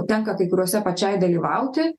tenka kai kuriose pačiai dalyvauti